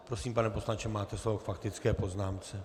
Prosím, pane poslanče, máte slovo k faktické poznámce.